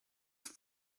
have